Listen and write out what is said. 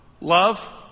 Love